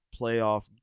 playoff